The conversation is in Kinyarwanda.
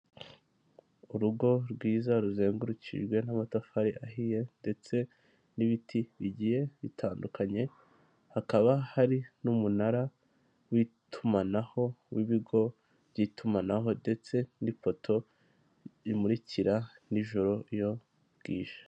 Urugo rwiza ruzengurukijwe n'amatafari ahiye ndetse n'ibiti bigiye bitandukanye hakaba hari n'umunara w'itumanaho w'ibigo by'itumanaho ndetse n'ipoto imurikira nijoro iyo bwije.